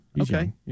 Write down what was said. Okay